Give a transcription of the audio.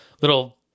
little